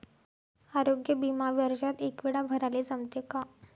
आरोग्य बिमा वर्षात एकवेळा भराले जमते का?